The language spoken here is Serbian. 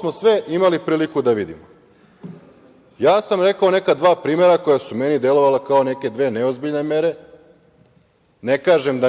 smo sve imali priliku da vidimo. Ja sam rekao neka dva primera koja su meni delovala kao neke dve neozbiljne mere. Ne kažem